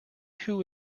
who